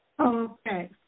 Okay